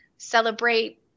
celebrate